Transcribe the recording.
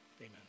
Amen